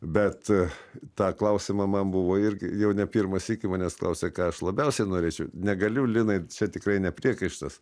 bet tą klausimą man buvo irgi jau ne pirmą sykį manęs klausia ką aš labiausiai norėčiau negaliu linai čia tikrai ne priekaištas